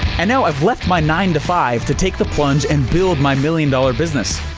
and now i've left my nine to five to take the plunge and build my million dollar business.